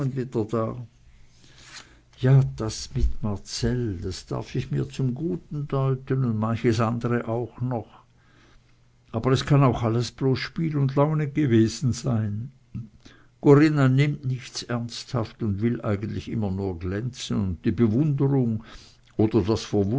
ja das mit marcell das darf ich mir zum guten deuten und manches andere noch aber es kann auch alles bloß spiel und laune gewesen sein corinna nimmt nichts ernsthaft und will eigentlich immer nur glänzen und die bewunderung oder das